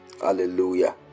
hallelujah